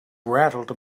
rattled